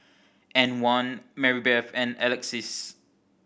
Antwan Marybeth and Alexis